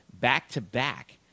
back-to-back